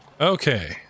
Okay